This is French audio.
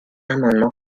amendement